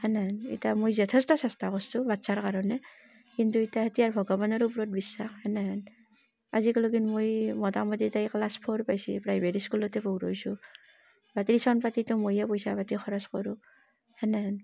সেনেহেন ইতা মই যথেষ্ট চেষ্টা কৰিছোঁ বাটচ্ছাৰ কাৰণে কিন্তু ইতা সেইটোৱেই ভগৱানৰ ওপৰত বিশ্বাস সেনেহান আজিক লগিন মই মোটামুটি তাই ক্লাছ ফ'ৰ পাইছি প্ৰাইভেট স্কুলতে পঢ়ইছো বা টিউচন পাতিটো ময়ে পইচা পাতি খৰছ কৰোঁ সেনেহান